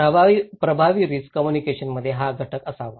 प्रभावी रिस्क कम्युनिकेशनमध्ये हा घटक असावा